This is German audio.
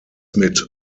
mit